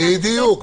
בדיוק.